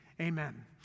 amen